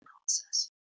process